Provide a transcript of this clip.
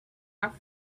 are